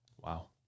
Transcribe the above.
Wow